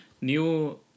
new